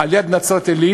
על-יד נצרת-עילית,